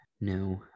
no